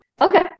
Okay